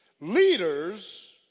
leaders